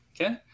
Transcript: Okay